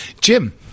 jim